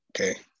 Okay